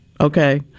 okay